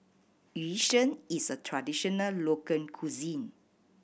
Yu Sheng is a traditional local cuisine